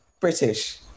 British